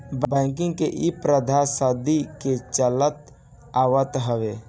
banking के इ प्रथा सदी के चलत आवत हवे